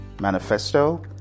Manifesto